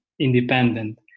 independent